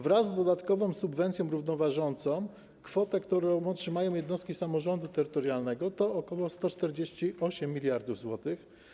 Wraz z dodatkową subwencją równoważącą kwota, którą otrzymają jednostki samorządu terytorialnego, to ok. 148 mld zł.